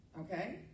Okay